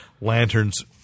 lanterns